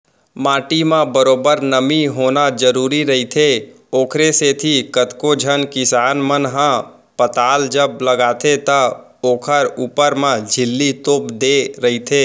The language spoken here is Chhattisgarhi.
माटी म बरोबर नमी होना जरुरी रहिथे, ओखरे सेती कतको झन किसान मन ह पताल जब लगाथे त ओखर ऊपर म झिल्ली तोप देय रहिथे